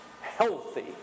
healthy